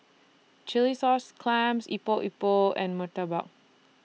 Chilli Sauce Clams Epok Epok and Murtabak